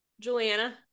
Juliana